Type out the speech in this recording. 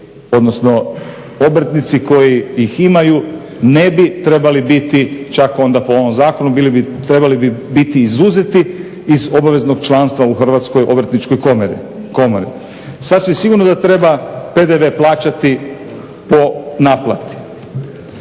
odnosno obrtnici koji ih imaju ne bi trebali biti čak onda po ovom zakonu, trebali bi biti izuzeti iz obaveznog članstva u Hrvatskoj obrtničkoj komori. Sasvim sigurno da treba PDV plaćati po naplati.